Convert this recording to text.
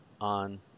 on